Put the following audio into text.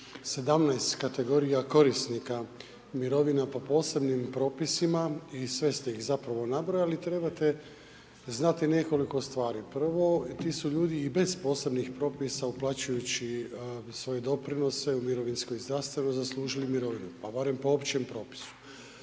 17 kategorija korisnika mirovina po posebnim propisima i sve ste ih zapravo nabrojali trebate znati nekoliko stvari. Prvo, ti su ljudi i bez posebnih propisa uplaćujući svoje doprinose u mirovinsko i zdravstveno zaslužili mirovinu pa barem po općem propisu.